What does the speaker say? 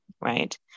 right